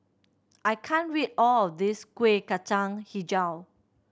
I can't read all of this Kueh Kacang Hijau